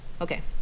Okay